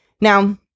Now